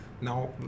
now